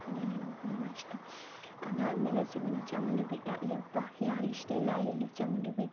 ಅದೆಲ್ಲ ನಂಗೆ ತುಂಬ ಇಷ್ಟ ಅದಾದ್ಮೇಲೆ ಚಾಮುಂಡಿ ಬೆಟ್ಟ ಯಪ್ಪಾ ಯಾರಿಗೆ ಇಷ್ಟ ಇಲ್ಲ ಹೇಳಿ ಚಾಮುಂಡಿ ಬೆಟ್ಟ